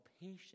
patient